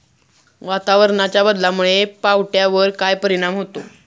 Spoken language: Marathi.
वातावरणाच्या बदलामुळे पावट्यावर काय परिणाम होतो?